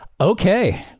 Okay